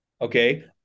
Okay